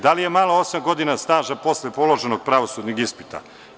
Da li je malo osam godina staža posle položenog pravosudnog ispita?